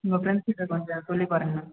உங்கள் ஃப்ரெண்ட்ஸ் கிட்ட கொஞ்சம் சொல்லி பாருங்க மேம்